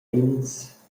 ins